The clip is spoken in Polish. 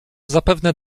zapewne